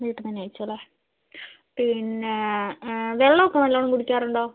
വീട്ടിൽ നിന്ന് തന്നെ കഴിച്ചു അല്ലേ പിന്നെ വെള്ളമൊക്കെ നല്ലവണ്ണം കുടിക്കാറുണ്ടോ